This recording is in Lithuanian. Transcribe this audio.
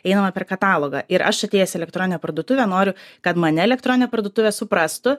einame per katalogą ir aš atėjęs į elektroninę parduotuvę noriu kad mane elektroninė parduotuvė suprastų